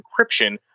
encryption